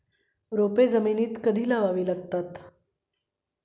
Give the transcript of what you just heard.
रोपे जमिनीत कधी लावावी लागतात?